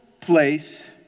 place